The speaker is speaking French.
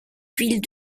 ville